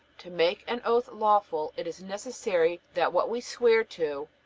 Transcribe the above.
to make an oath lawful it is necessary that what we swear to,